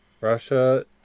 Russia